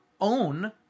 own